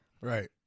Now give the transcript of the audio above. Right